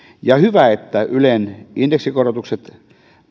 hyvä että ylen indeksikorotukset